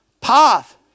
path